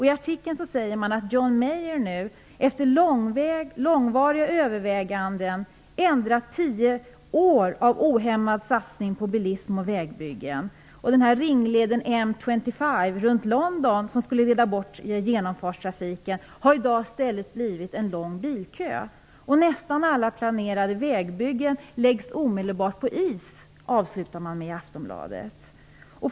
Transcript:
I artikeln sägs att John Major nu efter långvariga överväganden ändrat sig efter tio år av ohämmad satsning på bilism och vägbyggen. Ringleden M 25 runt London, som skulle leda bort genomfartstrafiken, har i dag i stället blivit en lång bilkö. Nästan alla planerade vägbyggen läggs omedelbart på is, skriver man i Aftonbladet.